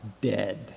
dead